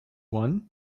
one